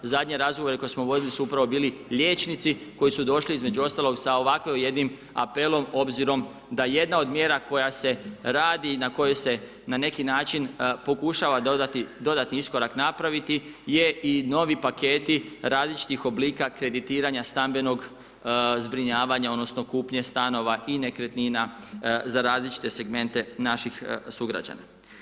Zadnje razgovore koje smo vodili su upravo bili liječnici koji su došli između ostalog sa ovako jednim apelom, obzirom da jedna od mjera koja se radi i na koju se na neki način pokušava dodati dodatni iskorak napraviti je i novi paketi različitih oblika kreditiranja stambenog zbrinjavanja, odnosno kupnje stanova i nekretnina za različite segmente naših sugrađana.